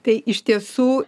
tai iš tiesų